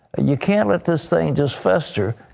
you cannot let this thing just fester.